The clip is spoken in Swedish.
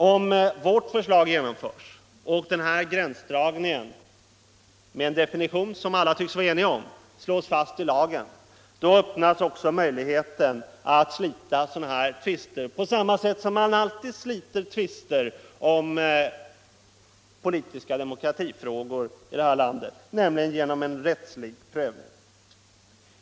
Om vårt förslag genomförs och den här gränsdragningen, med en definition som alla tycks vara eniga om, slås fast i lagen, så öppnas också möjligheten att slita sådana här tvister på samma sätt som man alltid sliter tvister om politiska demokratifrågor i det här landet, nämligen genom en rättslig prövning.